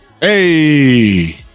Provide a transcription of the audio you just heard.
Hey